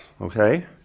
Okay